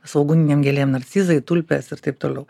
svogūninėm gėlėm narcizai tulpės ir taip toliau